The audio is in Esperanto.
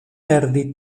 perdi